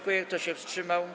Kto się wstrzymał?